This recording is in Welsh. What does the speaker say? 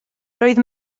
roedd